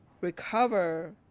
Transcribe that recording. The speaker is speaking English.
recover